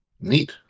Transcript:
Neat